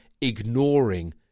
ignoring